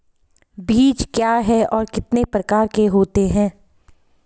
बीज क्या है और कितने प्रकार के होते हैं?